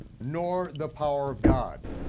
nor the power of god.